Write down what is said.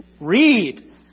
read